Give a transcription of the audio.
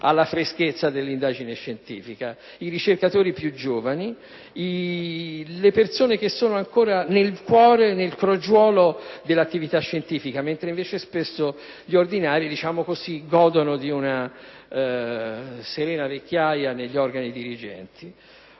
alla freschezza dell'indagine scientifica, cioè i ricercatori più giovani, le persone che sono ancora nel cuore, nel crogiuolo delle attività scientifiche, mentre spesso gli ordinari godono di una serena vecchiaia negli organi dirigenti.